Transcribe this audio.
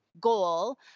goal